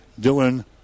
Dylan